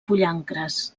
pollancres